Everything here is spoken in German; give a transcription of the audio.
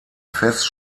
fest